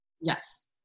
Yes